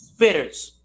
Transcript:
spitters